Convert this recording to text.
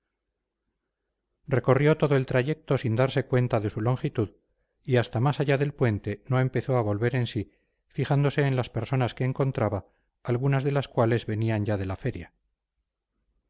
recorrió todo el trayecto sin darse cuenta de su longitud y hasta más allá del puente no empezó a volver en sí fijándose en las personas que encontraba algunas de las cuales venían ya de la feria